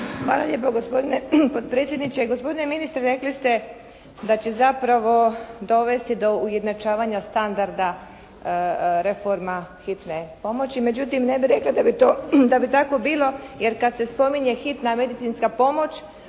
Hvala lijepo gospodine potpredsjedniče. Gospodine ministre rekli ste da će zapravo dovesti do ujednačavanja standarda reforma hitne pomoći međutim ne bih rekla da bi to, da bi tako bilo jer kad se spominje hitna medicinska pomoć